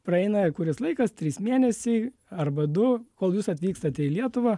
praeina kuris laikas trys mėnesiai arba du kol jūs atvykstate į lietuvą